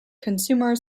consumer